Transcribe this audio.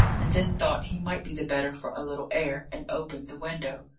and then thought he might be the better for a little air, and opened the window.